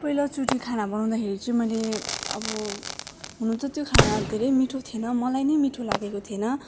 पहिलाचोटि खाना बनाउँदाखेरि चाहिँ मैले अब हुनु त त्यो खाना धेरै मिठो थिएन मलाई नै मीठो लागेको थेन तर